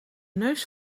neus